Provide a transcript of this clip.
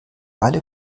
alle